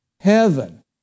heaven